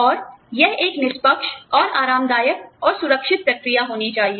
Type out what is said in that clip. और यह एक निष्पक्ष और आरामदायक और सुरक्षित प्रक्रिया होनी चाहिए